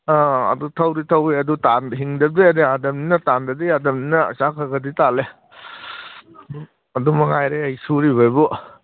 ꯑꯥ ꯑꯗꯨ ꯊꯧꯗꯤ ꯊꯧꯋꯦ ꯑꯗꯨ ꯇꯥꯟ ꯍꯤꯡꯗꯕꯗꯤ ꯌꯥꯗꯕꯅꯤꯅ ꯇꯥꯟꯗꯕꯗꯤ ꯌꯥꯗꯕꯅꯤꯅ ꯄꯩꯁꯥ ꯈꯔ ꯈꯔꯗꯤ ꯇꯥꯜꯂꯦ ꯑꯗꯨꯃꯛ ꯉꯥꯏꯔꯦ ꯑꯩ ꯁꯨꯔꯨꯕꯕꯨ